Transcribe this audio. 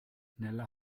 nella